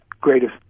greatest